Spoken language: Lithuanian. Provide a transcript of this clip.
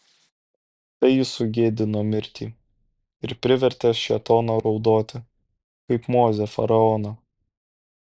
tai jis sugėdino mirtį ir privertė šėtoną raudoti kaip mozė faraoną